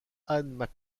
anne